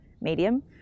medium